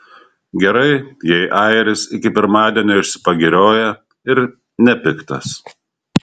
gerai jei airis iki pirmadienio išsipagirioja ir nepiktas